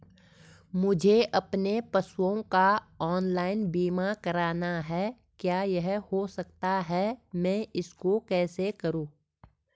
मुझे अपने पशुओं का ऑनलाइन बीमा करना है क्या यह हो सकता है मैं इसको कैसे करूँ?